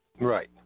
Right